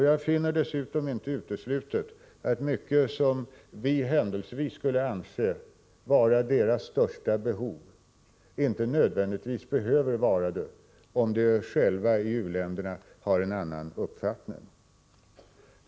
Jag finner det dessutom inte uteslutet att mycket som vi händelsevis skulle anse vara deras största behov inte nödvändigtvis behöver vara det, om man i u-länderna har en annan uppfattning.